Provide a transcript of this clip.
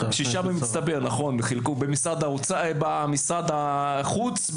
במצטבר, במשרד החוץ.